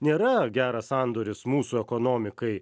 nėra geras sandoris mūsų ekonomikai